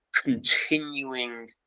continuing